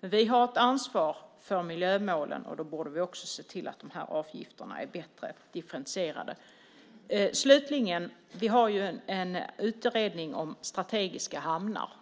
Vi har ett ansvar för miljömålen, och då borde vi också se till att de här avgifterna är bättre differentierade. Slutligen har vi en utredning om strategiska hamnar.